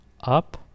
up